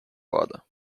avada